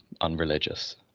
unreligious